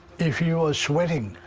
if he was sweating,